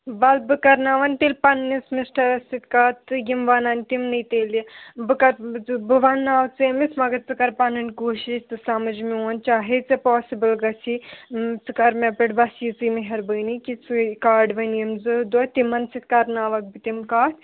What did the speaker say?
وَلہٕ بہٕ کَرناوَن تیٚلہِ پنٛنِس مِسٹَرَس سۭتۍ کَتھ تہٕ یِم وَنَن تِمنٕے تیٚلہِ بہٕ کَرٕ بہٕ وَنناو ژےٚ أمِس مگر ژٕ کَر پَنٕنۍ کوٗشِش ژٕ سَمَج میون چاہے ژےٚ پاسِبٕل گژھی ژٕ کَر مےٚ پٮ۪ٹھ بَس یِژٕے مہربٲنی کہِ ژٕے کَڑ وۄنۍ یِم زٕ دۄہ تِمَن سۭتۍ کَرناوَکھ بہٕ تِم کَتھ